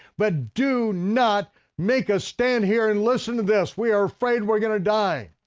but do not make us stand here and listen to this. we are afraid we're going to die.